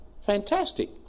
fantastic